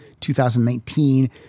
2019